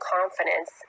confidence